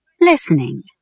Listening